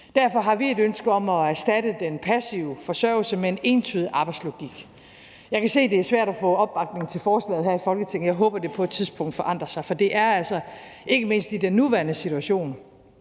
Derfor har vi et ønske om at erstatte den passive forsørgelse med en entydig arbejdslogik. Jeg kan se, det er svært at få opbakning til forslaget her i Folketinget. Jeg håber, det på et tidspunkt forandrer sig, for det er altså ikke mindst i den nuværende situation